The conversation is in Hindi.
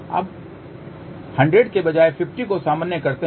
आप अब 100 के साथ 50 को सामान्य करते हैं